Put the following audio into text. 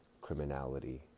criminality